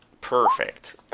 Perfect